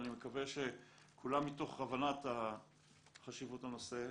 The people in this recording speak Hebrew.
ואני מקווה שמתוך הבנת חשיבות הנושא,